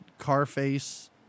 Carface